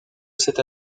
cette